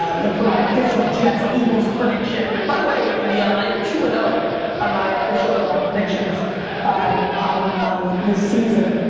look for my official jets eagles prediction. by the way, india, i am two and oh on my official predictions on on this season.